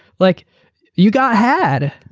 like you got had.